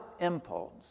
impulse